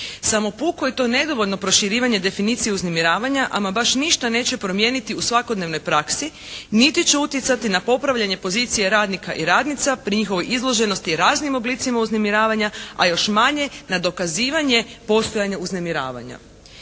Samo puko je to nedovoljno proširivanje definicije uznemiravanja. Ama baš ništa neće promijeniti u svakodnevnoj praksi niti će utjecati na popravljanje pozicije radnika i radnica pri njihovoj izloženosti raznim oblicima uznemiravanja a još manje na dokazivanje postojanja uznemiravanja.